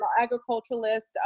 agriculturalist